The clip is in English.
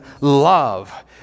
love